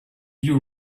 you